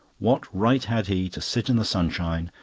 what right had he to sit in the sunshine,